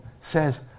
says